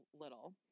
little